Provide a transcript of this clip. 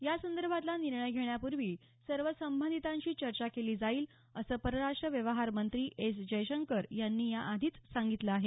यासंदर्भातला निर्णय घेण्यापूर्वी सर्व संबंधितांशी चर्चा केली जाईल असं परराष्ट्र व्यवहार मंत्री एस जयशंकर यांनी या आधीच सांगितलं आहे